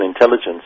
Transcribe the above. intelligence